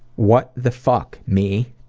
what the fuck, me?